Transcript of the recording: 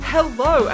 Hello